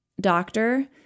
doctor